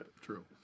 True